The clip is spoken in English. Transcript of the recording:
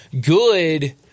good